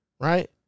right